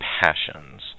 passions